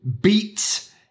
beats